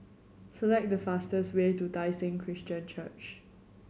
select the fastest way to Tai Seng Christian Church